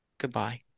Goodbye